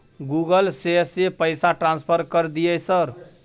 Google से से पैसा ट्रांसफर कर दिय सर?